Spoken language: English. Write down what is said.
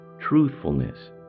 truthfulness